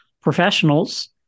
professionals